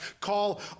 call